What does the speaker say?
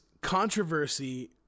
controversy